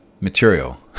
material